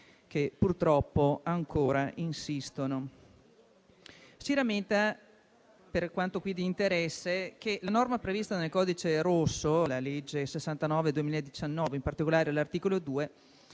che purtroppo ancora insistono. Si rammenta, per quanto qui di interesse, che la norma prevista nel codice rosso, la legge n. 69 del 2019, in particolare all'articolo 2,